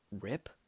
rip